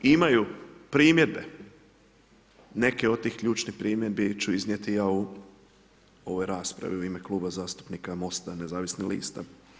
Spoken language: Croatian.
I imaju primjedbe, neke od tih ključnih primjedbi ću iznijeti ja u ovoj raspravi u ime Kluba zastupnika Mosta nezavisnih lista.